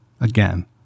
Again